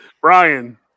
Brian